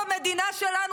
במדינה שלנו,